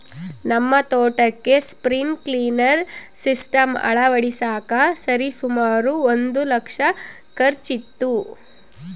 ನಮ್ಮ ತೋಟಕ್ಕೆ sprinkler system ಅಳವಡಿಸಕ ಸರಿಸುಮಾರು ಒಂದು ಲಕ್ಷ ಖರ್ಚಾಯಿತು